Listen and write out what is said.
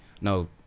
no